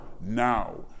Now